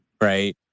Right